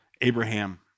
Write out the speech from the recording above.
Abraham